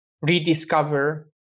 rediscover